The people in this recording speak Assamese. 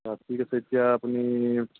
অঁ ঠিক আছে এতিয়া আপুনি